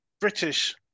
British